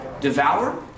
devour